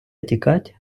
тікать